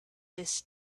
this